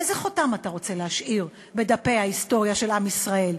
איזה חותם אתה רוצה להשאיר בדפי ההיסטוריה של עם ישראל,